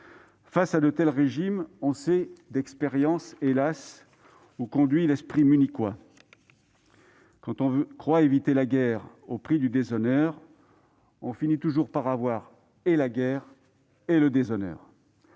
Face à de tels régimes, on sait d'expérience, hélas, où conduit l'esprit munichois. Quand on croit éviter la guerre au prix du déshonneur, on finit toujours par avoir et la guerre et le déshonneur.